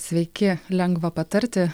sveiki lengva patarti